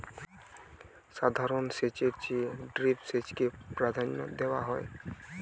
সাধারণ সেচের চেয়ে ড্রিপ সেচকে প্রাধান্য দেওয়া হয়